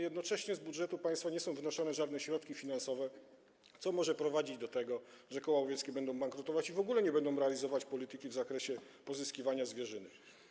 Jednocześnie z budżetu państwa nie są przekazywane na to żadne środki finansowe, co może prowadzić do tego, że koła łowieckie będą bankrutować i w ogóle nie będą realizować polityki w zakresie pozyskiwania zwierzyny.